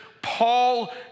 Paul